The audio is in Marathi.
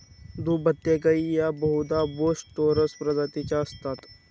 दुभत्या गायी या बहुधा बोस टोरस प्रजातीच्या असतात